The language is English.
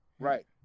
Right